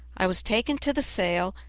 i was taken to the sale,